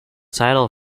title